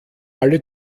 alle